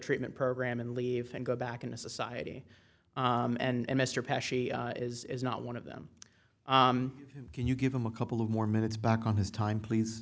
treatment program and leave and go back into society and mr pressure is not one of them can you give him a couple of more minutes back on his time please